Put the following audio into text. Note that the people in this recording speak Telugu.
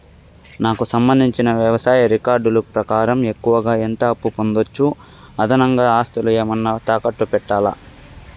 నాకు సంబంధించిన వ్యవసాయ రికార్డులు ప్రకారం ఎక్కువగా ఎంత అప్పు పొందొచ్చు, అదనంగా ఆస్తులు ఏమన్నా తాకట్టు పెట్టాలా?